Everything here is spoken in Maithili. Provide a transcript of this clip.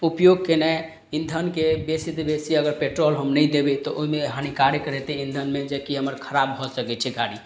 उपयोग केनाइ इंधनके बेसी से बेसी अगर पेट्रोल हम नहि देबै तऽ ओहिमे हानिकारक रहतै इंधन मे जेकि हमर खराब भऽ सकैत छै गाड़ी